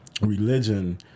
religion